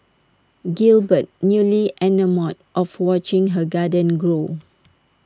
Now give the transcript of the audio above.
Gilbert newly enamoured of watching her garden grow